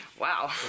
wow